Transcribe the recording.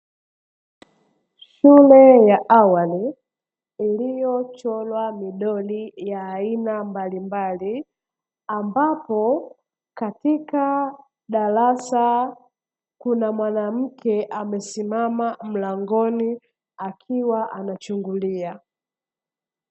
Shule ya awali iliyochorwa midoli ya aina mbalimbali, ambapo katika darasa kuna mwanamke amesimama mlangoni akiwa anachungulia.